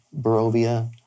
Barovia